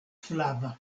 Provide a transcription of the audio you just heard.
flava